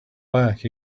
back